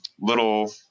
little